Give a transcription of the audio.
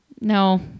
no